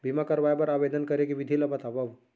बीमा करवाय बर आवेदन करे के विधि ल बतावव?